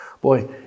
Boy